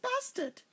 bastard